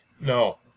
No